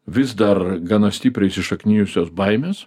vis dar gana stipriai įsišaknijusios baimės